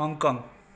Hong Kong